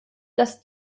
dass